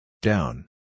Down